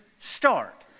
start